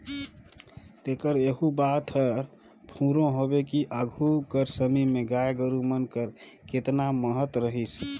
तेकर एहू बात हर फुरों हवे कि आघु कर समे में गाय गरू मन कर केतना महत रहिस